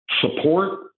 support